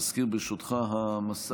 לרשותך עשר דקות.